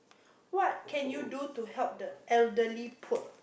what can you do to help the elderly poor